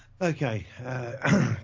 Okay